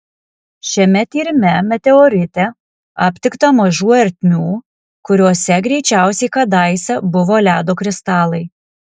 šiame tyrime meteorite aptikta mažų ertmių kuriose greičiausiai kadaise buvo ledo kristalai